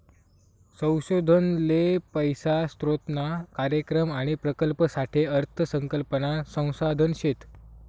संशोधन ले पैसा स्रोतना कार्यक्रम आणि प्रकल्पसाठे अर्थ संकल्पना संसाधन शेत